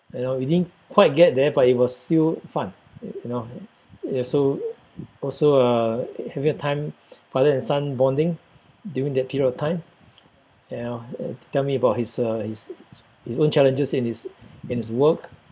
uh we didn't quite get there but it was still fun you know ya so also uh having a time father and son bonding during that period of time you know tell me about his uh his own challenges in his in his work